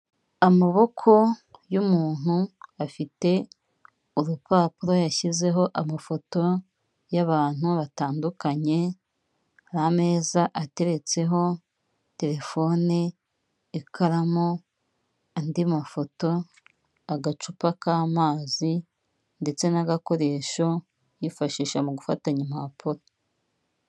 Amaboko y'umuntu afite ibipapuro yashyizeho amafoto y'abantu batandukanye, ameza ateretseho telefone, ikaramu n'andi mafoto, agacupa k'amazi, ndetse n'agakoresho yifashisha mu gufatanya impapuro.